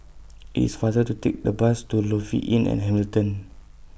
IT IS faster to Take The Bus to Lofi Inn At Hamilton